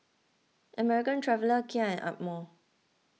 American Traveller Kia and Amore